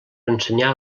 ensenyar